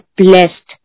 blessed